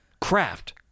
Craft